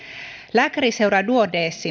lääkäriseura duodecim